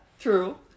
true